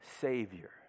Savior